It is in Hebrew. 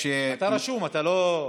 כנראה